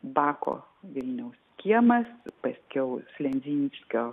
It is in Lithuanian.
bako vilniaus kiemas paskiau sledzinskio